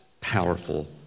powerful